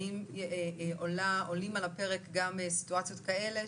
האם עולים על הפרק גם סיטואציות כאלה,